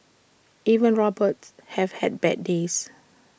even robots have bad days